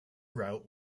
route